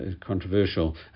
controversial